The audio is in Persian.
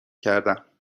کردم